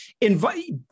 invite